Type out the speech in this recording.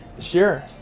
sure